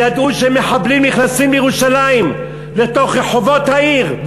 ידעו שמחבלים נכנסים מירושלים לתוך רחובות העיר,